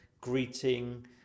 greeting